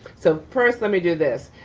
so first let me do this.